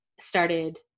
started